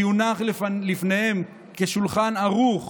שיונח לפניהם כשולחן ערוך,